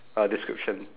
uh description